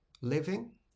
living